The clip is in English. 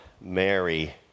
Mary